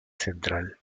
central